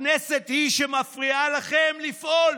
הכנסת היא שמפריעה לכם לפעול?